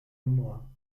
humor